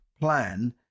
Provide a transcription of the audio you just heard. plan